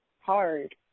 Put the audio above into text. hard